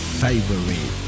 favorite